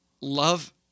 love